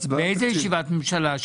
באיזו ישיבת ממשלה?